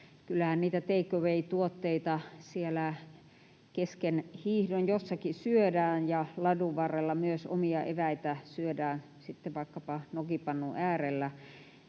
niitä take away -tuotteita siellä kesken hiihdon jossakin syödään ja ladun varrella myös omia eväitä syödään sitten vaikkapa nokipannun äärellä,